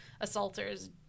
assaulters